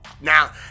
Now